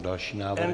Další návrh.